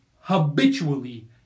habitually